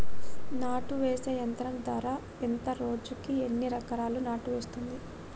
నాటు వేసే యంత్రం ధర ఎంత రోజుకి ఎన్ని ఎకరాలు నాటు వేస్తుంది?